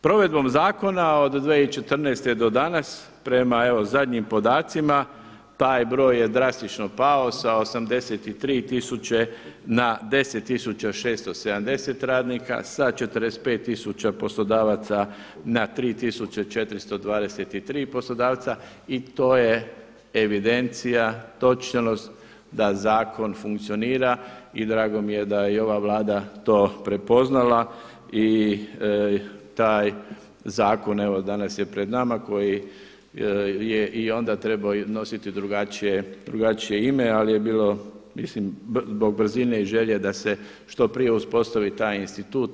Provedbom zakona od 2014. do danas, prema evo zadnjim podacima taj broj je drastično pao sa 83000 na 10670 radnika sa 45000 poslodavaca na 3423 poslodavca i to je evidencija, točnost da zakon funkcionira i drago mi je da je i ova Vlada to prepoznala i taj zakon, evo danas je pred nama koji je i onda trebao nositi drugačije ime, ali je bilo mislim zbog brzine i želje da se što prije uspostavi taj institut.